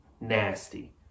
nasty